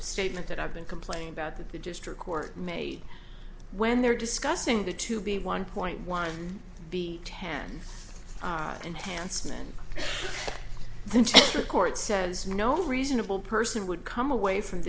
statement that i've been complaining about that the district court made when they're discussing the two being one point one b ten enhancement until the court says no reasonable person would come away from